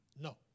No